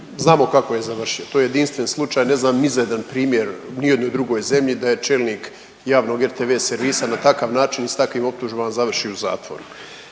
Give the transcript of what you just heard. znamo kako je završio, to je jedinstven slučaj ne znam ni za jedan primjer u nijednoj drugoj zemlji da je čelnik javnog RTV servisa na takav način i s takvim optužbama završi u zatvoru.